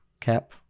Cap